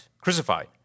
Crucified